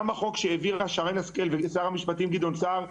גם בחוק שהעבירה שרן השכל עם שר המשפטים דאז גדעון שער,